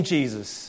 Jesus